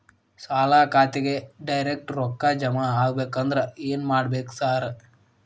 ಸಾಲದ ಖಾತೆಗೆ ಡೈರೆಕ್ಟ್ ರೊಕ್ಕಾ ಜಮಾ ಆಗ್ಬೇಕಂದ್ರ ಏನ್ ಮಾಡ್ಬೇಕ್ ಸಾರ್?